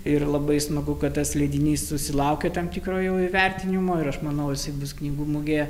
ir labai smagu kad tas leidinys susilaukė tam tikro jau įvertinimo ir aš manau bus knygų mugėje